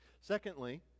Secondly